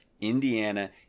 indiana